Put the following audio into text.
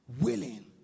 willing